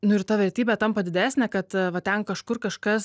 nu ir ta vertybė tampa didesnė kad va ten kažkur kažkas